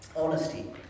honesty